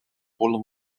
voller